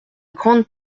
grande